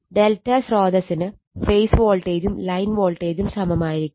∆ സ്രോതസ്സിന് ഫേസ് വോൾട്ടേജും ലൈൻ വോൾട്ടേജും സമമായിരിക്കും